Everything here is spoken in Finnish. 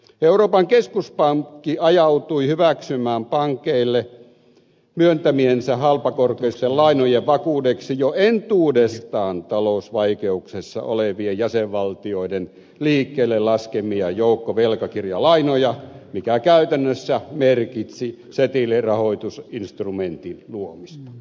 euroopan keskuspankki ajautui hyväksymään pankeille myöntämiensä halpakorkoisten lainojen vakuudeksi jo entuudestaan talousvaikeuksissa olevien jäsenvaltioiden liikkeelle laskemia joukkovelkakirjalainoja mikä käytännössä merkitsi setelirahoitusinstrumentin luomista